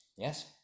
Yes